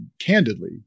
candidly